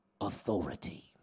authority